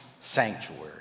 sanctuary